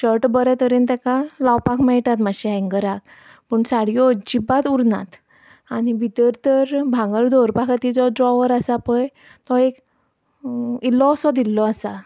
shirt बरे तरेन तेका लावपाक मेयटात मातशे हँगराक पूण साडयो अजिबात उरनात आनी भितर तर भांगर दवरपा खातीर जो ड्रॉवर आसा तो एक इल्लोसो दिल्लो आसा